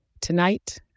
Tonight